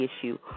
issue